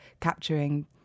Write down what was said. capturing